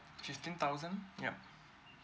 fifteen thousand yup